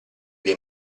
dei